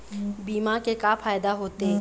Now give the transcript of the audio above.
बीमा के का फायदा होते?